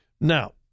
Now